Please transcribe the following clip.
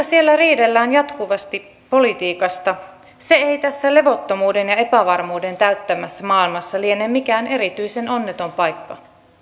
siellä jatkuvasti riidellään politiikasta se ei tässä levottomuuden ja epävarmuuden täyttämässä maailmassa liene mikään erityisen onneton paikka